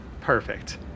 Perfect